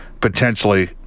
potentially